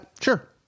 sure